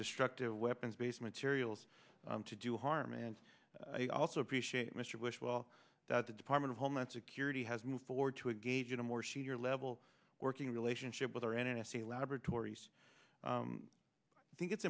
destructive weapons based materials to do harm and i also appreciate mr bush well that the department of homeland security has moved forward to engage in a more senior level working relationship with our n s c laboratories i think it's